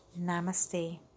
Namaste